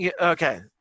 Okay